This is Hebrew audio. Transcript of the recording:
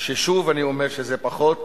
ושוב אני אומר שזה פחות